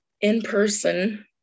in-person